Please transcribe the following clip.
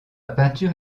peinture